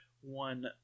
one